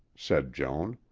said joan.